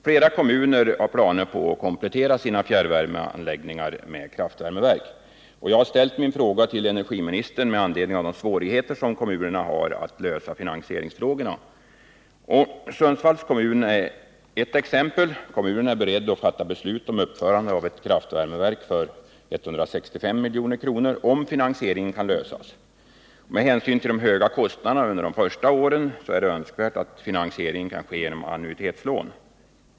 Flera kommuner har planer på att komplettera sina fjärrvärmeverk med kraftvärmeverk, och jag har ställt frågan till energiministern med anledning av de svårigheter kommunerna har att lösa finansieringsfrågorna. Sundsvalls kommun är ett exempel. Kommunen är beredd att besluta om uppförande av ett kraftvärmeverk för 165 milj.kr., om finansieringsfrågan kan lösas. Med hänsyn till de höga kostnaderna under de första åren är det önskvärt att finansieringen kan ske genom annuitetslån.